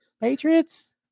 Patriots